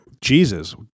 Jesus